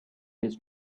his